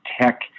tech